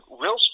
real